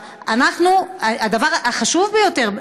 הדבר החשוב ביותר,